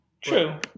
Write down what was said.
True